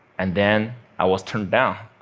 and then i was turned down.